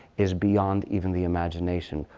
is beyond even the imagination.